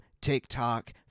TikTok